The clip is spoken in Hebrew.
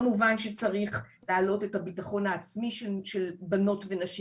כמובן שצריך להעלות את הביטחון העצמי של בנות ונשים